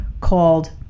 called